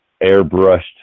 airbrushed